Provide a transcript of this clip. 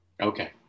Okay